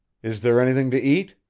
is there anything to eat?